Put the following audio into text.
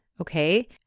okay